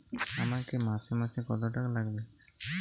আমাকে মাসে মাসে কত টাকা লাগবে?